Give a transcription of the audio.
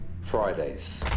Fridays